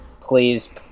please